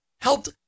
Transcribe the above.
helped